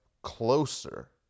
closer